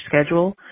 schedule